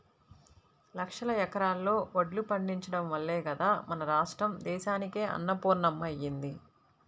లక్షల ఎకరాల్లో వడ్లు పండించడం వల్లే గదా మన రాష్ట్రం దేశానికే అన్నపూర్ణమ్మ అయ్యింది